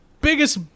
biggest